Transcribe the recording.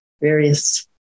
various